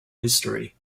history